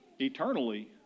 eternally